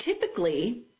typically